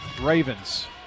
Ravens